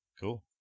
cool